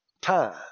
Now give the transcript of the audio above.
Time